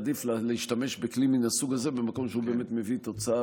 עדיף להשתמש בכלי מן הסוג הזה במקום שהוא באמת מביא תוצאה